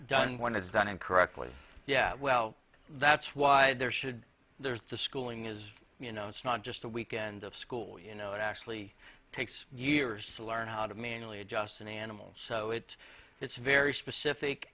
done when it's done incorrectly yeah well that's why there should there's the schooling is you know it's not just a weekend of school you know it actually takes years to learn how to manually adjust an animal so it it's very specific